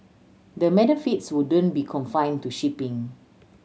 the benefits wouldn't be confined to shipping